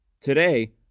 Today